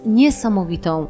niesamowitą